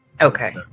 Okay